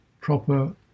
proper